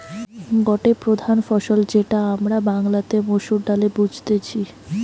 গটে প্রধান ফসল যেটা আমরা বাংলাতে মসুর ডালে বুঝতেছি